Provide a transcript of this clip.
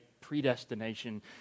predestination